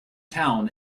town